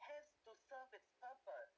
has to serve it purposed